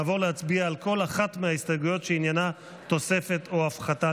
נעבור להצביע על כל אחת מההסתייגויות שעניינה תוספת או הפחתה,